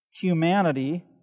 humanity